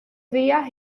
días